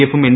എഫും എൻ